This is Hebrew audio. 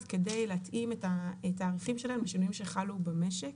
כדי להתאים את התעריפים שלהם לשינויים שחלו במשק.